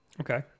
okay